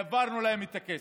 העברנו להם את הכסף.